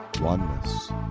oneness